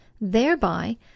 thereby